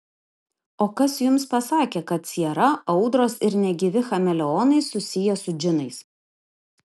o kas jums pasakė kad siera audros ir negyvi chameleonai susiję su džinais